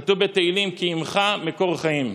כתוב בתהילים: "כי עִמך מקור חיים".